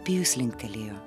pijus linktelėjo